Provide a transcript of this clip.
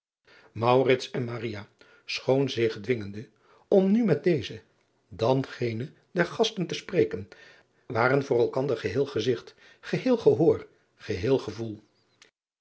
en schoon zich dwingende om nu met dezen dan genen der gasten te spreken waren voor elkander geheel gezigt geheel gehoor geheel gevoel